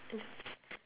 that's